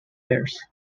bears